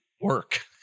work